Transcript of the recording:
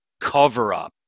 cover-up